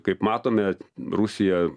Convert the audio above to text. kaip matome rusija